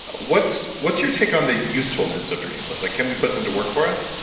what's what's your take on the usefulness of dreams? like can we put them to work for us?